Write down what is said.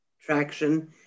traction